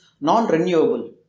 non-renewable